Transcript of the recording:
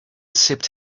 sipped